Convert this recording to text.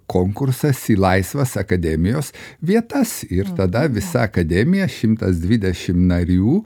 konkursas į laisvas akademijos vietas ir tada visa akademija šimtas dvidešimt narių